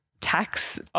tax